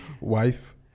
wife